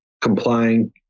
complying